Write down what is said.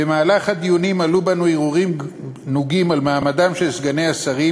במהלך הדיונים עלו בנו הרהורים נוגים על מעמדם של סגני השרים